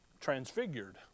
transfigured